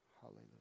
Hallelujah